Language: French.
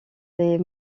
les